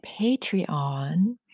Patreon